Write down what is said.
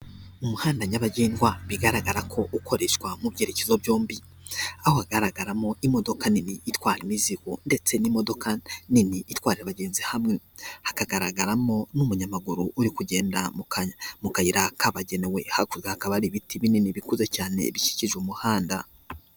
Umuhanda nyabagendwa bigaragara ko ukoreshwa mu byerekezo byombi, aho hagaragaramo imodoka nini yitwa imizigo ndetse n'imodoka nini itwara abagenzi hamwe, hakagaragaramo n'umunyamaguru uri kugenda mu kayira kabagenewe hakurya hakaba hari ibiti binini bikuze cyane bikikije umuhanda.